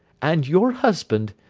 and your husband,